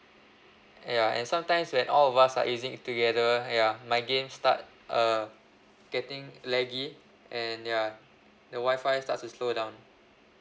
ya and sometimes when all of us are using together ya my game start uh getting laggy and ya the Wi-Fi starts to slow down